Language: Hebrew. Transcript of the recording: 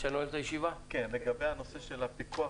לגבי הנושא של הפיקוח,